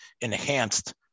enhanced